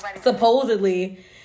supposedly